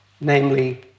namely